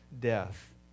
death